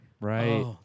Right